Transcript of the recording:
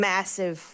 Massive